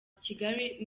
kigali